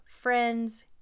friends